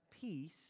peace